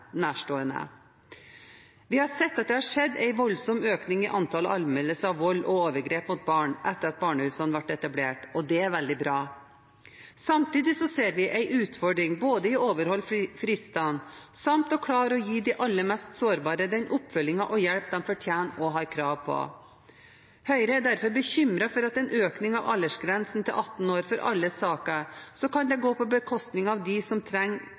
vold og overgrep mot barn etter at barnehusene ble etablert, og det er veldig bra. Samtidig ser vi en utfordring både i å overholde fristene og i å klare å gi de aller mest sårbare den oppfølging og hjelp de fortjener og har krav på. Høyre er derfor bekymret for at en heving av aldersgrensen til 18 år for alle saker kan gå på bekostning av dem som trenger